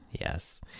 Yes